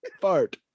Fart